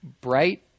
bright